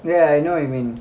ya ya I know what you mean